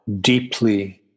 deeply